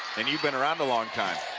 and you've been around a longtime.